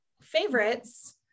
favorites